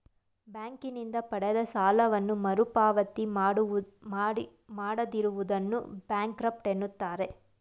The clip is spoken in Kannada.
ಬ್ಯಾಂಕಿನಿಂದ ಪಡೆದ ಸಾಲವನ್ನು ಮರುಪಾವತಿ ಮಾಡದಿರುವುದನ್ನು ಬ್ಯಾಂಕ್ರಫ್ಟ ಎನ್ನುತ್ತಾರೆ